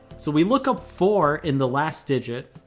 so we look up four in the last digit,